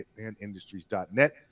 hitmanindustries.net